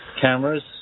cameras